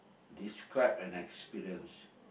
describe an experience